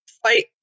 Fight